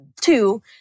two